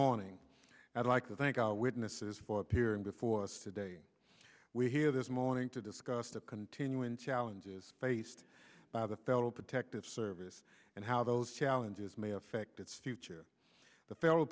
morning i'd like to thank our witnesses for appearing before us today we here this morning to discuss the continuing challenges faced by the federal protective service and how those challenges may affect its future the fe